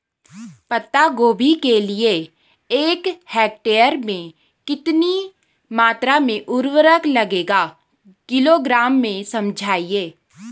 पत्ता गोभी के लिए एक हेक्टेयर में कितनी मात्रा में उर्वरक लगेगा किलोग्राम में समझाइए?